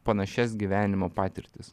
panašias gyvenimo patirtis